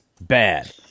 bad